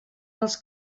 els